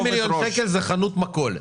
חברים, 20 מיליון שקל זו חנות מכולת.